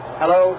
hello